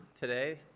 today